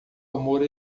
amor